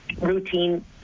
routine